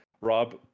Rob